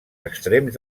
extrems